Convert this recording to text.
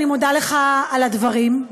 אני מודה לך על הדברים,